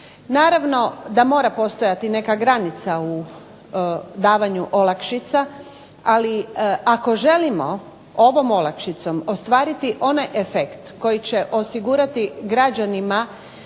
Naravno da mora postojati neka granica u davanju olakšica. Ali ako želimo ovom olakšicom ostvariti onaj efekt koji će osigurati građanima